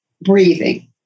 breathing